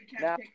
Now